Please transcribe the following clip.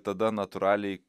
tada natūraliai